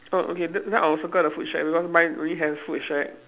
oh okay then then I'll circle the food shack because mine only has food shack